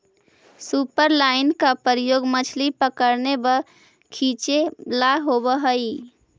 superline का प्रयोग मछली पकड़ने व खींचे ला होव हई